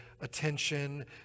attention